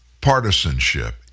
Partisanship